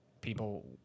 people